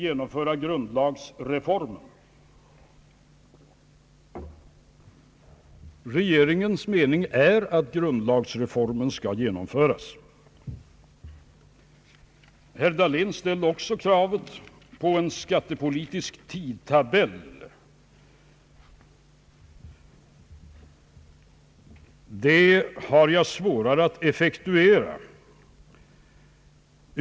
Jag skall försöka att svara på den frågan: Regeringens mening är att grundlagsreformen skall genomföras. Herr Dahlén ställde också kravet på en skattepolitisk tidtabell. Det har jag svårare att effektuera.